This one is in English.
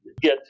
get